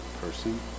person